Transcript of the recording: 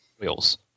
wheels